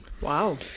wow